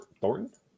Thornton